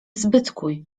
zbytkuj